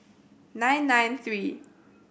nine nine three